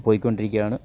പോയിക്കൊണ്ടിരിക്കുകയാണ്